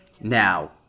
now